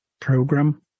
program